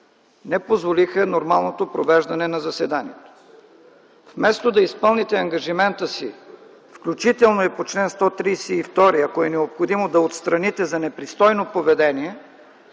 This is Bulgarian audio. не позволи нормалното провеждане на заседанието. Вместо да изпълните ангажимента си, включително и по чл. 132 - ако е необходимо, да отстраните за непристойно поведение